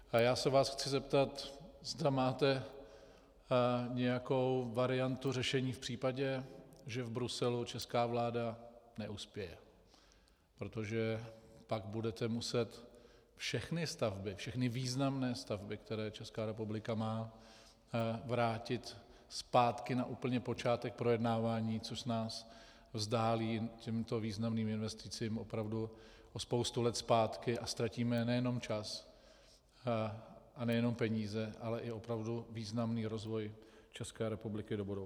A já se vás chci zeptat, zda máte nějakou variantu řešení v případě, že v Bruselu česká vláda neuspěje, protože pak budete muset všechny stavby, všechny významné stavby, které Česká republika má, vrátit zpátky na úplný počátek projednávání, což nás vzdálí těmto významným investicím opravdu o spoustu let zpátky a ztratíme nejenom čas a nejenom peníze, ale opravdu významný rozvoj České republiky do budoucna.